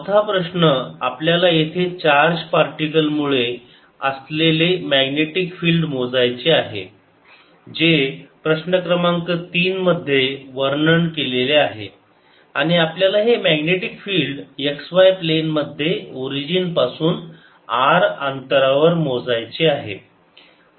चौथा प्रश्न आपल्याला येथे चार्ज पार्टिकल मुळे असलेले मॅग्नेटिक फिल्ड मोजायचे आहे जे प्रश्न क्रमांक 3 मध्ये वर्णन केलेले आहे आणि आपल्याला हे magnetic field x y plane मध्ये ओरिजिन पासून r अंतरावर मोजायचे आहे